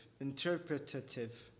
Interpretative